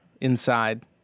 inside